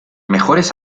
mejores